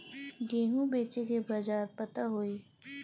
गेहूँ बेचे के बाजार पता होई?